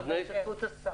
בהשתתפות השר.